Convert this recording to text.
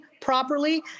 properly